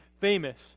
famous